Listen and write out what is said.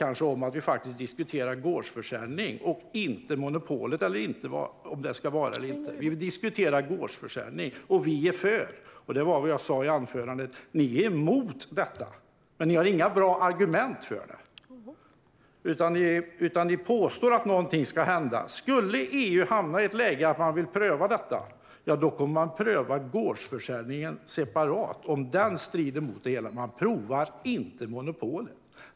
Det handlar inte Systembolagets vara eller inte vara utan om gårdsförsäljning, som vi är för, vilket jag sa i mitt anförande. Ni är emot det, men ni har inga bra argument utan påstår bara att något ska hända. Skulle vi hamna i det läget att EU vill pröva detta kommer gårdsförsäljningen att prövas separat, om den strider mot det hela. Man prövar inte monopolet.